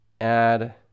add